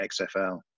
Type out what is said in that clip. XFL